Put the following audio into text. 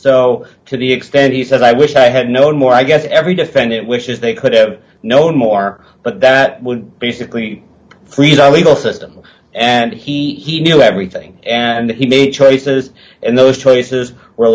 so to the extent he said i wish i had known more i guess every defendant wishes they could have known more but that would basically freeze our legal system and he knew everything and he made choices and those choices were